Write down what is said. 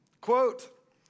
Quote